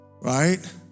right